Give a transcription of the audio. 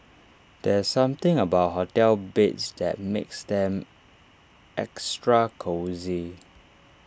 there's something about hotel beds that makes them extra cosy